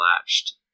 latched